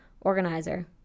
organizer